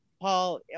Paul